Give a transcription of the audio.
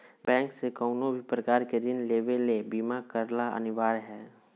bank से कउनो भी प्रकार के ऋण लेवे ले बीमा करला अनिवार्य हय